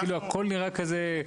כאילו הכול נראה כזה,